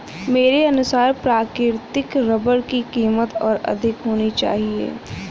मेरे अनुसार प्राकृतिक रबर की कीमत और अधिक होनी चाहिए